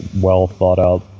well-thought-out